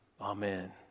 Amen